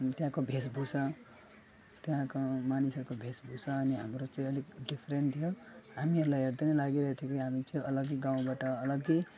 अनि त्यहाँको वेशभुषा त्यहाँको मानिसहरूको वेशभुषा अनि हाम्रो चाहिँ अलिक डिफरेन्ट थियो हामीहरूलाई हेर्दा नै लागिरहेको थियो कि हामी चाहिँ अलग्गै गाउँबाट अलग्गै